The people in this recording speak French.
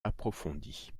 approfondie